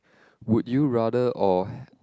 would you rather or